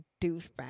douchebag